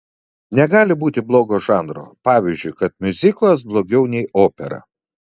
negali būti blogo žanro pavyzdžiui kad miuziklas blogiau nei opera